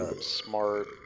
smart